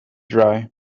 dry